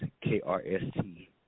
K-R-S-T